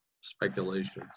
speculations